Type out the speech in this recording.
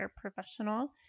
professional